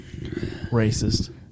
Racist